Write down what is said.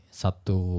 satu